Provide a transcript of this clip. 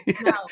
No